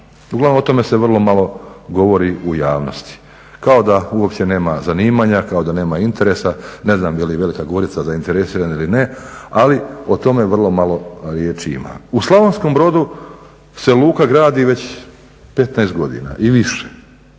Uglavnom o tome se vrlo malo govori u javnosti, kao da uopće nema zanimanja, kao da nema interesa, ne znam je li Velika Gorica zainteresirana ili ne, ali o tome vrlo malo riječi ima. U Slavonskom Brodu se luka gradi već 15 godina i više